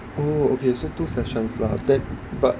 oh okay so two sessions lah that but